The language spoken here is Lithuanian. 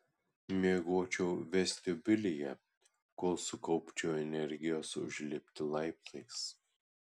miegočiau vestibiulyje kol sukaupčiau energijos užlipti laiptais